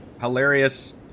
hilarious